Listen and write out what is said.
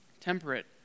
Temperate